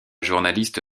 journaliste